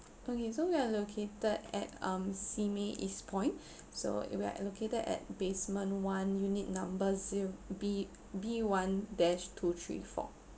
okay so we are located at um Simei east point so we are allocated at basement one unit number zero B B one dash two three four